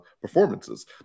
performances